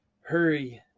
Hurry